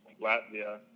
Latvia